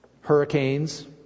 Hurricanes